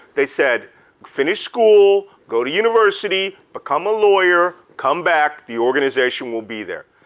they said finish school, go to university, become a lawyer, come back, the organization will be there.